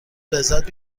لذت